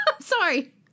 Sorry